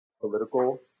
political